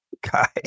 guy